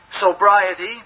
sobriety